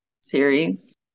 series